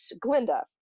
Glinda